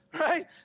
right